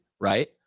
right